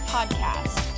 Podcast